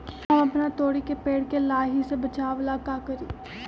हम अपना तोरी के पेड़ के लाही से बचाव ला का करी?